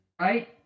right